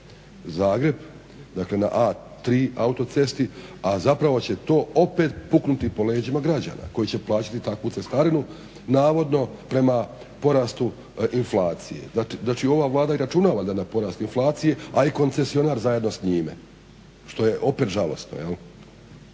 dakle na A3 autocesti a zapravo će to opet puknuti po leđima građana koji će plaćati takvu cestarinu navodno prema porastu inflacije. Znači ova Vlada računa na porast inflacije, a i koncesionar zajedno s njime što je opet žalosno.